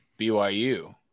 BYU